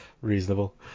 Reasonable